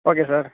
okay sir